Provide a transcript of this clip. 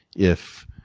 if